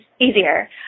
easier